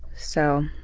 so